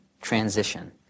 transition